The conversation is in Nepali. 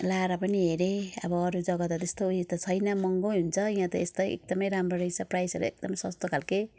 लगाएर पनि हेरेँ अरू जगा त त्यस्तो उयो त छैन महँगै हुन्छ यहाँ त यस्तो एकदम राम्रो रहेछ प्राइसहरू एकदम सस्तो खाले